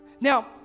Now